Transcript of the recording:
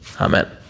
Amen